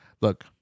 Look